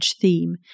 theme